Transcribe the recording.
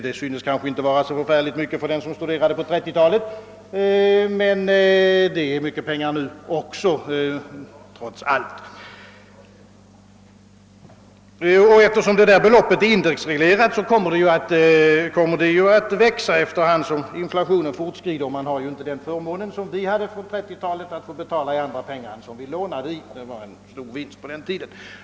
Den som studerade på 1930-talet tycker kanske inte att det är så mycket, men det är mycket pengar nu också, trots allt. Eftersom beloppet är indexreglerat kommer det dessutom att växa efter hand som inflationen fortskrider; man har inte den förmånen som vi hade på 1930-talet att få betala i andra pengar än man lånat.